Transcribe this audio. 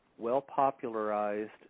well-popularized